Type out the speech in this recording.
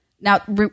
Now